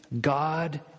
God